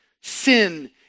sin